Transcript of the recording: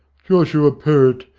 joshua perrott,